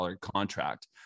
contract